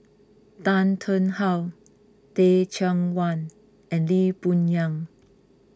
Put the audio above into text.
Tan Tarn How Teh Cheang Wan and Lee Boon Yang